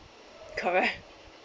correct